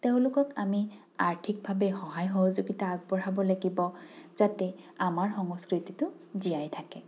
তেওঁলোকক আমি আৰ্থিকভাৱে সহায় সহযোগিতা আগবঢ়াব লাগিব যাতে আমাৰ সংস্কৃতিটো জীয়াই থাকে